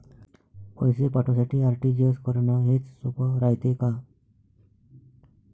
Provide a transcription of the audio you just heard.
पैसे पाठवासाठी आर.टी.जी.एस करन हेच सोप रायते का?